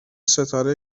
ستاره